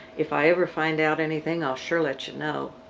if i ever find out anything, i'll sure let you know.